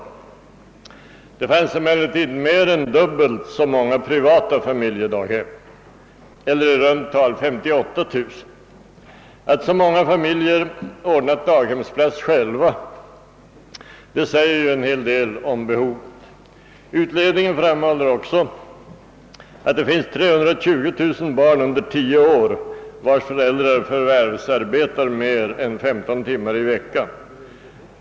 Det fanns emellertid mer än dubbelt så många privata familjedaghem eller i runt tal 58 000. Att så många familjer ordnat daghemsplats själva säger en hel del om behovet. Utredningen framhåller också att det finns 320 000 barn under tio år, vilkas föräldrar förvärvsarbetar mer än 15 timmar i veckan.